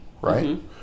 Right